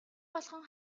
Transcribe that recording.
болгон